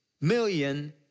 million